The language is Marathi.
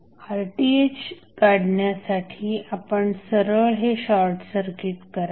Rth काढण्यासाठी आपण सरळ हे शॉर्टसर्किट कराल